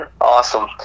awesome